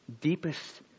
deepest